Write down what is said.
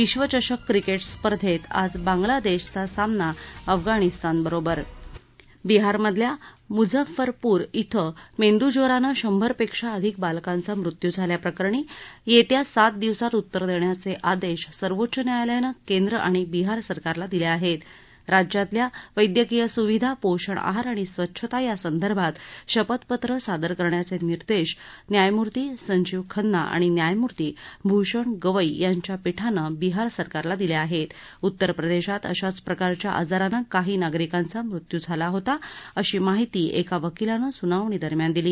विश्वचषक क्रिकेट स्पर्धेत आज बांगला देशचा सामना अफगाणिस्तानबरोबर बिहारमधल्या मुझफ्फरपुर क्रं मेंदूज्वरान शंभर पक्षी अधिक बालकांचा मृत्यू झाल्याप्रकरणी यस्ता सात दिवसात उत्तर दखिाच आदक्षी सर्वोच्च न्यायालयानं केंद्र आणि बिहार सरकारला दिल आहवी राज्यातल्या वैद्यकीय सुविधा पोषण आहार आणि स्वच्छता यासंदर्भात शपथपत्र सादर करण्याचीिदेश न्यायमूर्ती संजीव खन्ना आणि न्यायमूर्ती भूषण गवई यांच्या पीठानं बिहार सरकारला दिल आहेत उत्तस्प्रदधीत अशाच प्रकारच्या आजारानं काही नागरिकांचा मृत्यू झाला होता अशी माहिती एका वकीलानं सुनावणी दरम्यान दिली